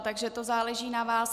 Takže to záleží na vás.